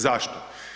Zašto?